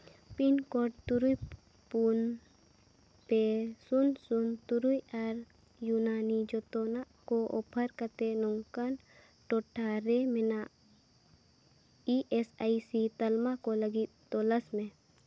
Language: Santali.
ᱯᱤᱱ ᱠᱳᱰ ᱛᱩᱨᱩᱭ ᱯᱩᱱ ᱯᱮ ᱥᱩᱱ ᱥᱩᱱ ᱛᱩᱨᱩᱭ ᱟᱨ ᱤᱭᱩᱱᱟᱱᱤ ᱡᱚᱛᱚᱱᱟᱜ ᱠᱚ ᱚᱯᱷᱟᱨ ᱠᱟᱛᱮᱫ ᱱᱚᱝᱠᱟᱱ ᱴᱚᱴᱷᱟ ᱨᱮ ᱢᱮᱱᱟᱜ ᱤ ᱮᱥ ᱟᱭ ᱥᱤ ᱛᱟᱞᱢᱟ ᱠᱚ ᱞᱟᱹᱜᱤᱫ ᱛᱚᱞᱟᱥ ᱢᱮ